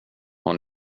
har